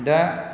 दा